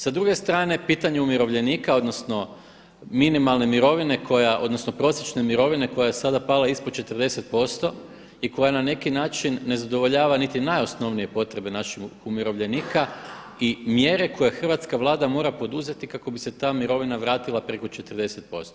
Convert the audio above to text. Sa druge strane pitanje umirovljenika odnosno minimalne mirovine odnosno prosječne mirovine koja je sada pala ispod 40% i koja na neki način ne zadovoljava niti najosnovnije potrebe naših umirovljenika i mjere koje hrvatska Vlada mora poduzeti kako bi se ta mirovina vratila preko 40%